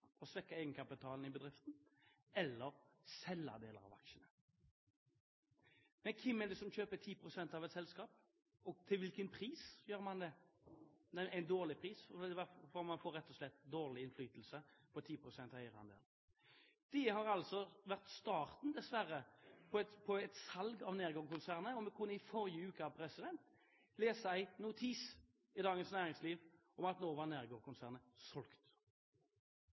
og svekke egenkapitalen i bedriften, eller selge deler av aksjene. Men hvem er det som kjøper 10 pst. av et selskap, og til hvilken pris gjør man det – en dårlig pris? Og man får rett og slett dårlig innflytelse med 10 pst. eierandel. Det har dessverre vært starten på et salg av Nergård-konsernet, og vi kunne i forrige uke lese en notis i Dagens Næringsliv om at